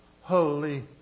Holy